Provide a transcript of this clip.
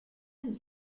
his